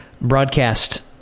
broadcast